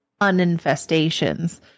uninfestations